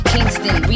Kingston